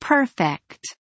Perfect